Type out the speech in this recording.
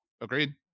agreed